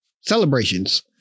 celebrations